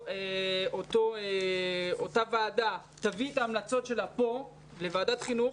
שאותה ועדה תביא את ההמלצות שלה פה לוועדת חינוך,